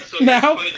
Now